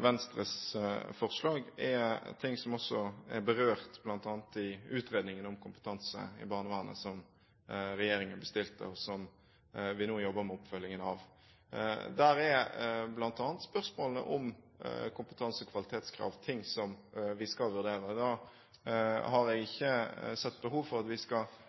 Venstres forslag, er ting som også er berørt bl.a. i utredningen om kompetanse i barnevernet, som regjeringen bestilte, og som vi nå jobber med oppfølgingen av. Der er bl.a. spørsmålet om kompetanse- og kvalitetskrav ting som vi skal vurdere. Da har jeg